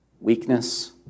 weakness